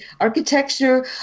architecture